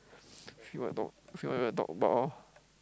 if you want to talk if you want to talk about orh